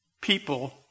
people